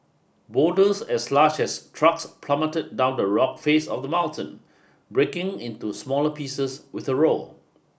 boulders as large as trucks plummeted down the rock face of the mountain breaking into smaller pieces with a roar